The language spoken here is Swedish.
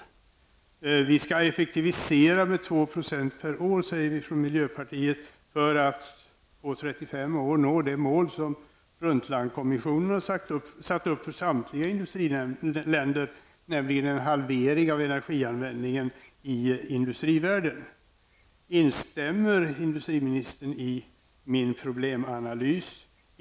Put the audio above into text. Energianvändningen skall effektiviseras med 2 % per år, säger vi från miljöpartiet, för att på 35 år nå det mål som Brundtlandkommissionen har satt upp för samtliga industriländer, nämligen en halvering av energianvändningen i industrivärlden. Instämmer industriministern i min problmanalys?